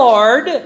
Lord